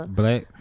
black